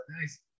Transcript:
nice